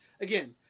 again